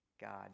God